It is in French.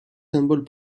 symboles